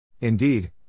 Indeed